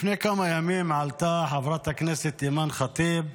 לפני כמה ימים עלתה חברת הכנסת אימאן ח'טיב,